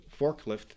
forklift